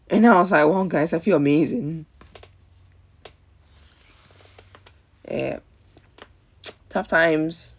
and then I was like !wow! guys I feel amazing damn tough times